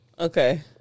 Okay